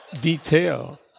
detail